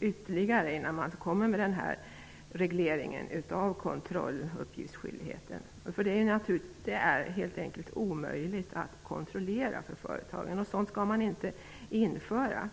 ytterligare överväganden innan regleringen av kontrolluppgiftsskyldigheten införs. Det är helt enkelt omöjligt för företagen att kontrollera, och sådant skall man inte införa.